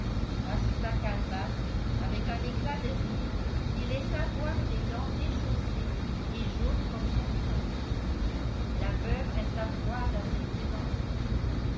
ajouta calebasse avec un éclat de rire qui laissa voir des dents déchaussées et jaunes comme son teint la veuve resta froide à cette plaisanterie